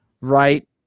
right